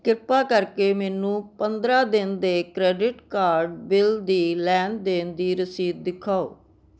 ਕਿਰਪਾ ਕਰਕੇ ਮੈਨੂੰ ਪੰਦਰਾਂ ਦਿਨ ਦੇ ਕਰੇਡਿਟ ਕਾਰਡ ਬਿੱਲ ਦੀ ਲੈਣ ਦੇਣ ਦੀ ਰਸੀਦ ਦਿਖਾਓ